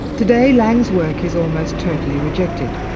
today laing's work is almost totally rejected,